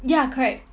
ya correct